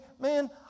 man